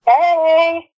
Hey